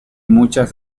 muchas